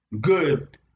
good